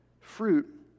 fruit